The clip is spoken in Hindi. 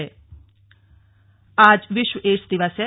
स्लग एड्स दिवस आज विश्व एड्स दिवस है